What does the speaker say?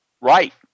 Right